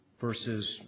versus